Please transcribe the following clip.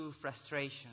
frustration